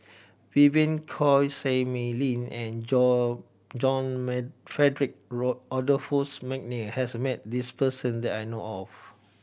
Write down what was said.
Vivien Quahe Seah Mei Lin and John may Frederick Adolphus McNair has met this person that I know of